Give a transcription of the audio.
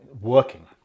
working